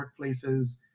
workplaces